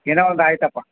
ಏನೋ ಒಂದು ಆಯಿತಪ್ಪ